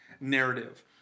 narrative